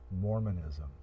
Mormonism